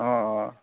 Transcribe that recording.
অঁ অঁ